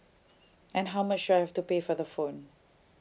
and how much do I have to pay for the phone